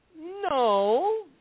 No